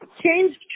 changed